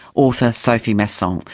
author sophie masson. um